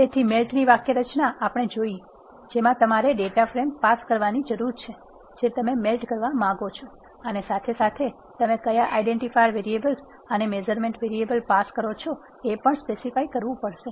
તેથી મેલ્ટ ની વાક્યરચના આપણે જોયી જેમાં તમારે ડેટા ફ્રેમ પાસ કરવાની જરૂર છે જે તમે મેલ્ટ કરવા માંગો છો અને સાથો સાથ તમેં કયા આઇડેન્ટિફાયર વેરિયેબલ્સ અને મેઝરમેન્ટ વેરીએબલ પાસ કરો છો એ પણ સ્પેસીફાઈ કરવું પડશે